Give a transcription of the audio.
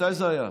מתי זה היה?